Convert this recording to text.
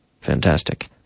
Fantastic